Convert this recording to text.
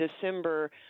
December